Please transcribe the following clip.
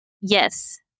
Yes